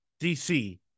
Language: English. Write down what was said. DC